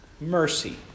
Mercy